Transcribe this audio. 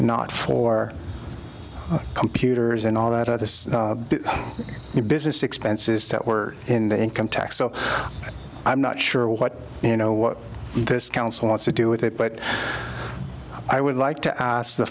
not for computers and all that other business expenses that were in the income tax so i'm not sure what you know what this council wants to do with it but i would like to ask the